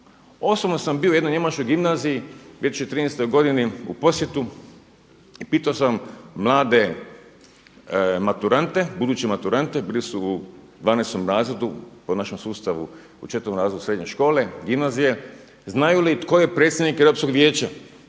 Osobno sam bio u jednoj njemačkoj gimnaziji 2013. godini u posjetu i pitao sam mlade buduće maturante bili su u 12. razredu, po našem sustavu u 4. razredu srednje škole gimnazije, znaju li tko je predsjednik Europskog vijeća